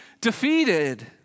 defeated